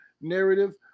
narrative